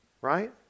Right